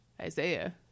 Isaiah